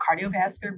cardiovascular